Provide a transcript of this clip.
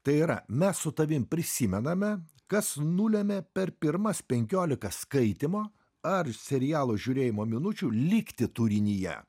tai yra mes su tavim prisimename kas nulėmė per pirmas penkiolika skaitymo ar serialo žiūrėjimo minučių likti turinyje